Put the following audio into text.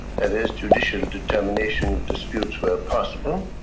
that is judicial determination of disputes where possible,